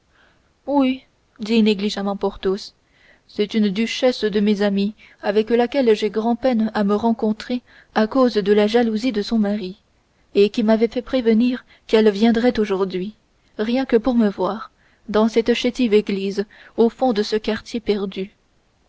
voir oui dit négligemment porthos c'est une duchesse de mes amies avec laquelle j'ai grand-peine à me rencontrer à cause de la jalousie de son mari et qui m'avait fait prévenir qu'elle viendrait aujourd'hui rien que pour me voir dans cette chétive église au fond de ce quartier perdu